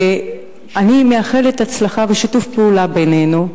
אני מאחלת הצלחה ושיתוף פעולה בינינו.